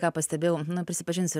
ką pastebėjau prisipažinsiu